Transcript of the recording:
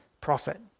prophet